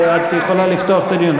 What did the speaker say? את יכולה לפתוח את הדיון.